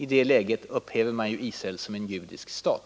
I det läget upphäver man ju Israel som en judisk stat.